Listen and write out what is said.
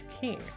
King